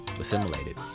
assimilated